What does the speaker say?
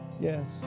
yes